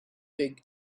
big